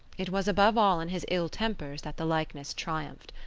it was above all in his ill tempers that the likeness triumphed.